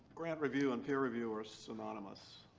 grant review and peer review are synonymous.